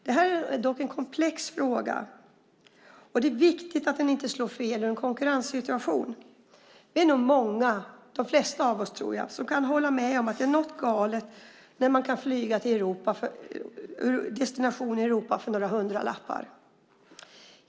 Detta är dock en komplex fråga, och det är viktigt att det inte slår fel i en konkurrenssituation. Vi är nog många, de flesta av oss tror jag, som kan hålla med om att något är galet när man kan flyga till destinationer i Europa för några hundralappar.